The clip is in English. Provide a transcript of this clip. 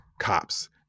cops